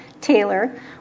Taylor